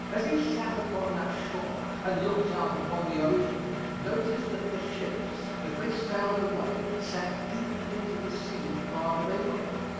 as he sat upon that shore and looked out upon the ocean, noticed that the ships, as they sailed away, sank deeper into the sea the farther they went.